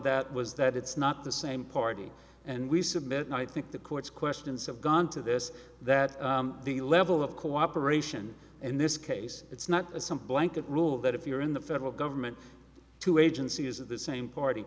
that was that it's not the same party and we submit i think the court's questions have gone to this that the level of cooperation in this case it's not some blanket rule that if you're in the federal government two agencies of the same party